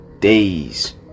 days